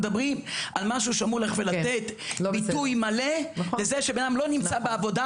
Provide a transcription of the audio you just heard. מדברים על משהו שאמור לתת ביטוי מלא לזה שבן אדם לא נמצא בעבודה